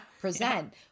present